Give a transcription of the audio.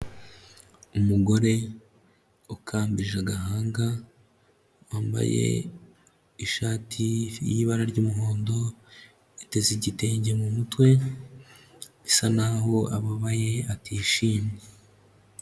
Umugore ukambije agahanga, wambaye ishati y'ibara ry'umuhondo, yiteze igitenge mu mutwe bisa naho ababaye atishimye.